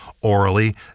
orally